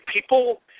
people